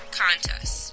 contest